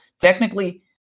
technically